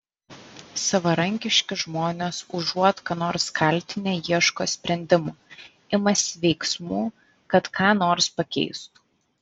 savarankiški žmonės užuot ką nors kaltinę ieško sprendimų imasi veiksmų kad ką nors pakeistų